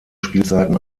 spielzeiten